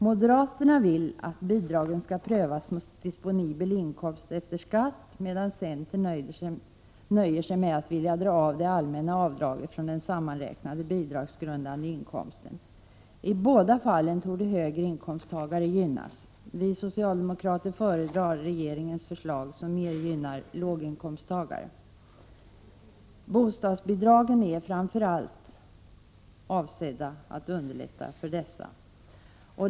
Moderaterna vill att bidragen skall prövas mot disponibel inkomst efter skatt, medan centerpartiet nöjer sig med att vilja dra av det allmänna avdraget från den sammanräknade bidragsgrundande inkomsten. I båda fallen torde högre inkomsttagare gynnas. Vi socialdemokrater föredrar regeringens förslag, som mer gynnar låginkomsttagare. Bostadsbidragen är framför allt avsedda att underlätta för dessa.